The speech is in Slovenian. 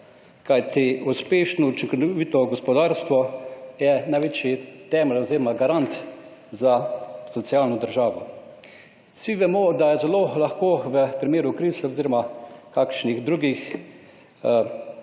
kajti uspešno, učinkovito gospodarstvo je največji temelj oziroma garant za socialno državo. Vsi vemo, da je zelo lahko v primeru kriz oziroma kakšnih drugih